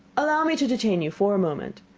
allow me to detain you for a moment.